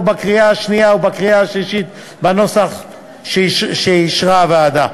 בקריאה שנייה ובקריאה שלישית בנוסח שאישרה הוועדה.